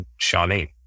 Charlene